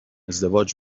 ازدواج